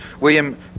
William